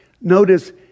Notice